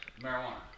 Marijuana